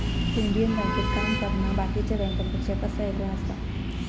Indian बँकेत काम करना बाकीच्या बँकांपेक्षा कसा येगळा आसा?